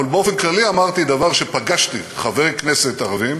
אבל באופן כללי אמרתי דבר, שפגשתי חברי כנסת ערבים